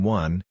one